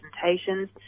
presentations